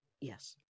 yes